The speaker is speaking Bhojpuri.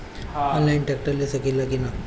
आनलाइन ट्रैक्टर ले सकीला कि न?